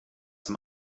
zum